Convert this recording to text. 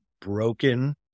broken